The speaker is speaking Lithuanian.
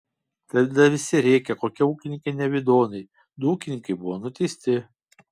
tada visi rėkė kokie ūkininkai nevidonai du ūkininkai buvo nuteisti